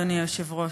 אדוני היושב-ראש,